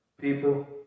people